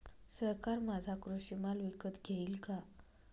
सरकार माझा कृषी माल विकत घेईल का?